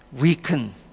weaken